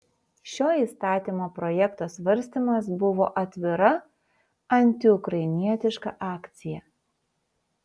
šio įstatymo projekto svarstymas buvo atvira antiukrainietiška akcija